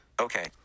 okay